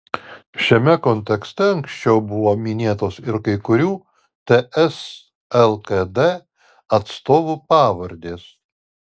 šiame kontekste anksčiau buvo minėtos ir kai kurių ts lkd atstovų pavardės